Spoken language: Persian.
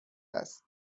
است